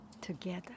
together